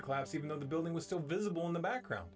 the class even though the building was still visible in the background